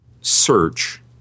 search